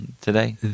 today